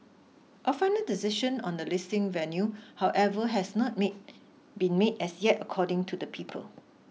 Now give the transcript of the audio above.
a final decision on the listing venue however has not made been made as yet according to the people